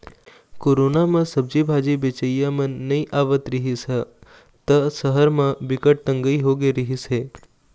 corona म सब्जी भाजी बेचइया मन नइ आवत रिहिस ह त सहर म बिकट तंगई होगे रिहिस हे